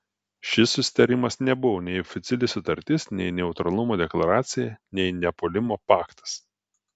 šis susitarimas nebuvo nei oficiali sutartis nei neutralumo deklaracija nei nepuolimo paktas